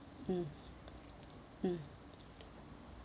mm mm